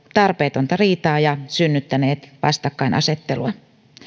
tarpeetonta riitaa ja synnyttäneet vastakkainasettelua